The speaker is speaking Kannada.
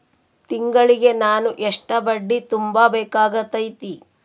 ತಿಂಗಳಿಗೆ ನಾನು ಎಷ್ಟ ಬಡ್ಡಿ ತುಂಬಾ ಬೇಕಾಗತೈತಿ?